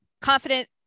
confident